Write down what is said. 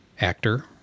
actor